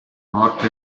morto